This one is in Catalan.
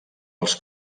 els